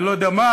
אני לא יודע מה,